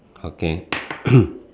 okay good